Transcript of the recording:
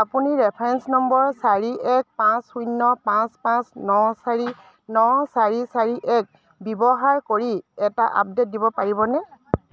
আপুনি reference number চাৰি এক পাঁচ শূন্য পাঁচ পাঁচ ন চাৰি ন চাৰি চাৰি এক ব্যৱহাৰ কৰি এটা আপডেট দিব পাৰিবনে